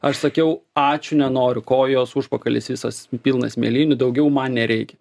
aš sakiau ačiū nenoriu kojos užpakalis visas pilnas mėlynių daugiau man nereikia